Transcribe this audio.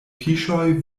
fiŝoj